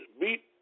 beat